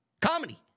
Comedy